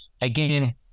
again